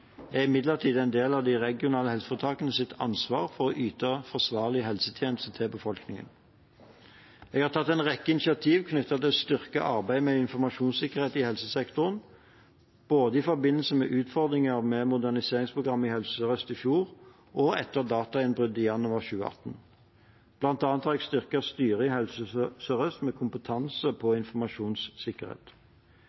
er imidlertid en del av det regionale helseforetakets ansvar for å yte forsvarlige helsetjenester til befolkningen. Jeg har tatt en rekke initiativ knyttet til å styrke arbeidet med informasjonssikkerhet i helsesektoren, både i forbindelse med utfordringene ved moderniseringsprogrammet i Helse Sør-Øst i fjor, og etter datainnbruddet i januar 2018. Blant annet har jeg styrket styret i Helse Sør-Øst med kompetanse på